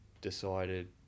decided